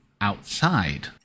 outside